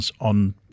on